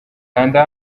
kanda